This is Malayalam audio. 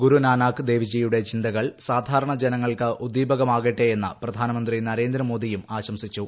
ഗുരുനാനാക്ക് ദേവ്ജിയുടെ ചിന്തകൾ സാധാരണ ജനങ്ങൾക്ക് ഉദ്ദീപകമാകട്ടെയെന്ന് പ്രധാനമന്ത്രി നരേന്ദ്രമോദിയും ആശംസിച്ചു